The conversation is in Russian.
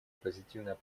позитивная